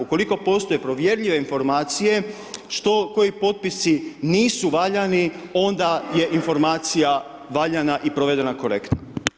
Ukoliko postoje povjerljive informacije, koji potpisi nisu valjani, onda je informacija valjana i provedena korektna.